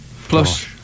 plus